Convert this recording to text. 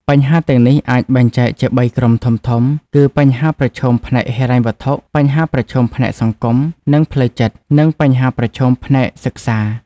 បញ្ហាទាំងនេះអាចបែងចែកជាបីក្រុមធំៗគឺ បញ្ហាប្រឈមផ្នែកហិរញ្ញវត្ថុ បញ្ហាប្រឈមផ្នែកសង្គម និងផ្លូវចិត្ត និងបញ្ហាប្រឈមផ្នែកសិក្សា។